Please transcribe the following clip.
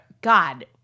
God